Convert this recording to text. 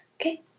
okay